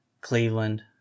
Cleveland